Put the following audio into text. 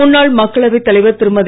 முன்னாள் மக்களவை தலைவர் திருமதி